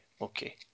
Okay